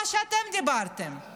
מה שאתם דיברתם עליו.